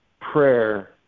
prayer